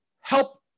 help